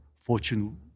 Fortune